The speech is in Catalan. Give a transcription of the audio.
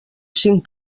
cinc